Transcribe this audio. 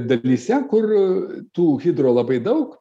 dalyse kur tų hidro labai daug